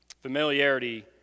Familiarity